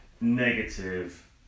negative